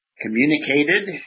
communicated